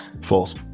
false